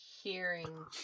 hearing